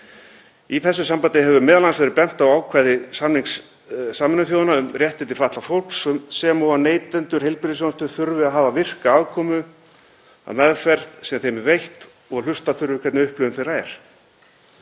Í þessu sambandi hefur m.a. verið bent á ákvæði samnings Sameinuðu þjóðanna um réttindi fatlaðs fólks sem og að neytendur heilbrigðisþjónustu þurfi að hafa virka aðkomu að meðferð sem þeim er veitt og að hlusta þurfi hvernig upplifun þeirra er.